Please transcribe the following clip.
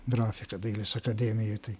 grafiką dailės akademijoj tai